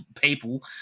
people